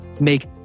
make